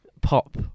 pop